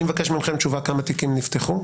אני מבקש מכם תשובה כמה תיקים נפתחו,